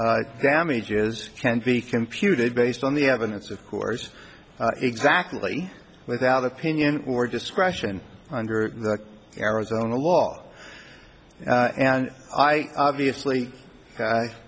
damages can be computed based on the evidence of course exactly without opinion or discretion under the arizona law and i obviously